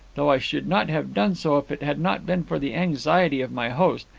though i should not have done so if it had not been for the anxiety of my host,